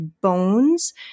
bones